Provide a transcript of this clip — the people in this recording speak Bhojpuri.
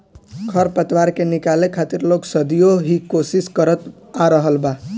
खर पतवार के निकाले खातिर लोग सदियों ही कोशिस करत आ रहल बा